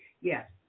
Yes